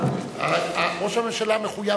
ראש הממשלה מחויב,